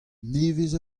nevez